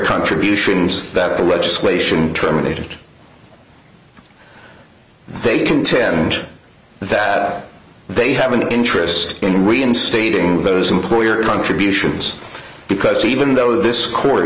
contributions that the legislation terminated they contend that they have an interest in reinstating those employer contributions because even though this court